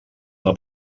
una